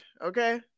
okay